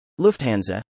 Lufthansa